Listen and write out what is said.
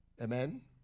Amen